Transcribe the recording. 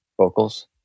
vocals